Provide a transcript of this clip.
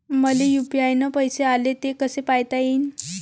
मले यू.पी.आय न पैसे आले, ते कसे पायता येईन?